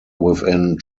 within